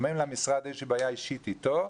אם אין למשרד איזושהי בעיה אישית אתו,